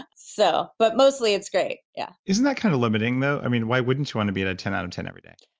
ah so but mostly, it's great yeah isn't that kind of limiting, though? why wouldn't you want to be at a ten out of ten every day?